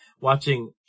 watching